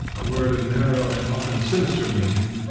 a word of narrow and often sinister meaning,